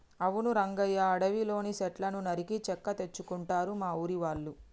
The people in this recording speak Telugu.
అవును రంగయ్య అడవిలోని సెట్లను నరికి చెక్క తెచ్చుకుంటారు మా ఊరి వాళ్ళు